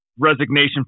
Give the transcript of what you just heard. Resignation